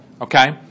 okay